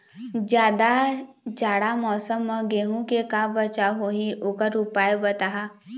जादा जाड़ा मौसम म गेहूं के का बचाव होही ओकर उपाय बताहा?